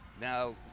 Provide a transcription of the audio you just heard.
now